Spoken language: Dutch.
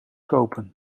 kopen